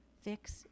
Fix